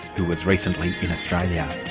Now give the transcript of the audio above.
who was recently in australia.